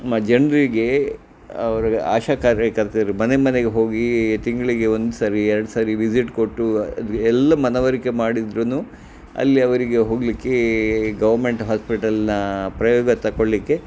ಮ ಜನರಿಗೆ ಅವರಿಗೆ ಆಶಾಕಾರ್ಯಕರ್ತರು ಮನೆಮನೆಗೆ ಹೋಗಿ ತಿಂಗಳಿಗೆ ಒಂದು ಸರಿ ಎರಡು ಸರಿ ವಿಸಿಟ್ ಕೊಟ್ಟು ಎಲ್ಲ ಮನವರಿಕೆ ಮಾಡಿದರೂನು ಅಲ್ಲಿ ಅವರಿಗೆ ಹೋಗಲಿಕ್ಕೆ ಗವರ್ಮೆಂಟ್ ಹಾಸ್ಪಿಟಲ್ನ ಪ್ರಯೋಗ ತಗೊಳ್ಳಿಕ್ಕೆ